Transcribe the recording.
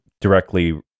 directly